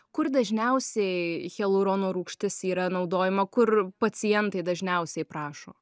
kur dažniausiai hialurono rūgštis yra naudojama kur pacientai dažniausiai prašo